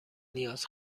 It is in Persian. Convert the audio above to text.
نیاز